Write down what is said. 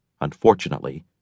Unfortunately